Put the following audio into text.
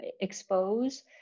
expose